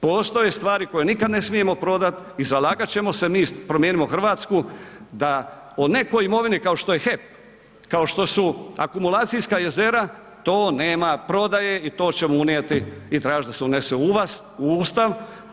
Postoje stvari koje nikad ne smijemo prodat i zalagat ćemo se mi iz Promijenimo Hrvatsku da o nekoj imovini kao što je HEP, kao što su Akumulacijska jezera to nema prodaje i to ćemo unijeti i tražit ćemo da se unese u Ustav.